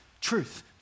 truth